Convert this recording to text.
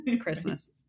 Christmas